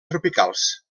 tropicals